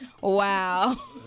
Wow